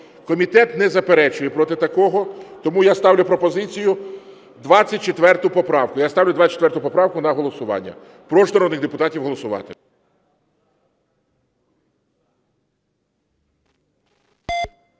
Комітет не заперечує проти такого, тому я ставлю пропозицію, 24 поправку. Я ставлю 24 поправку на голосування. Прошу народних депутатів голосувати.